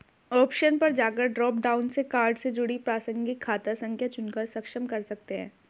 option पर जाकर drop down से कार्ड से जुड़ी प्रासंगिक खाता संख्या चुनकर सक्षम कर सकते है